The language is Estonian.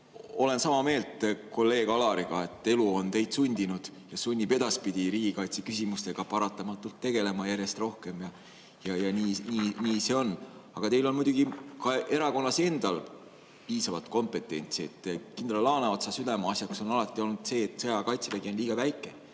Olen sama meelt kolleeg Alariga, et elu on teid sundinud ja sunnib edaspidi riigikaitseküsimustega paratamatult järjest rohkem tegelema. Nii see on. Aga teil on muidugi ka erakonnas endal piisavalt kompetentsi. Kindral Laaneotsa südameasjaks on alati olnud see, et sõjaaja kaitsevägi on liiga väike.